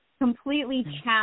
completely